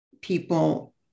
people